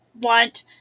want